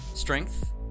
strength